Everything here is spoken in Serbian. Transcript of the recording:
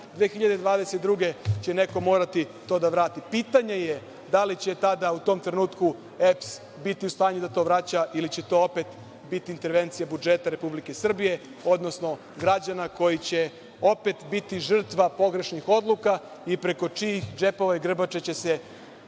2022. će neko to morati da vrati. Pitanje je da li će tada u tom trenutku EPS biti u stanju da to vraća ili će to opet biti intervencija budžeta Republike Srbije, odnosno građana koji će opet biti žrtva pogrešnih odluka i preko čijih džepova i grbače će se